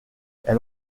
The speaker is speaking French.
elle